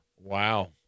Wow